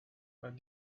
but